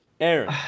Aaron